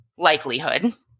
likelihood